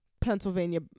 Pennsylvania